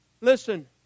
Listen